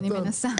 אני מנסה.